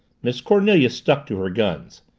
miss cornelia stuck to her guns.